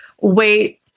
wait